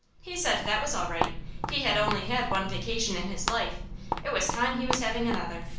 he said that was all right he had only had one vacation in his life it was time he was having another.